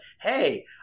Hey